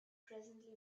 presently